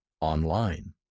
online